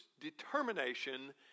determination